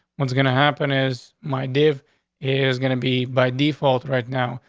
what's gonna happen is my dave is gonna be by default right now.